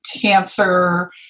cancer